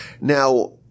Now